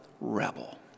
rebel